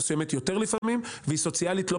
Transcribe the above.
נתנה לנו